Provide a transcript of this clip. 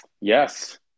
Yes